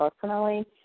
personally